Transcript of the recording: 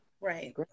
Right